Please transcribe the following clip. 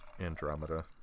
andromeda